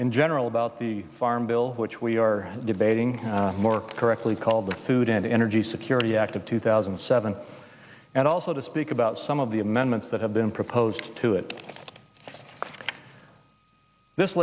in general about the farm bill which we are debating more correctly called the food and energy security act of two thousand and seven and also to speak about some of the amendments that have been proposed to it this